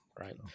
right